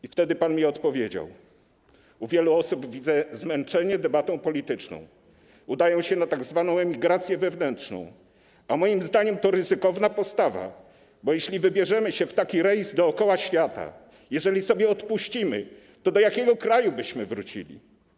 I wtedy pan mi odpowiedział: U wielu osób widzę zmęczenie debatą polityczną, udają się na tzw. emigrację wewnętrzną, a moim zdaniem to ryzykowna postawa, bo jeśli wybierzemy się w taki rejs dookoła świata, jeżeli sobie odpuścimy, to do jakiego kraju byśmy wrócili?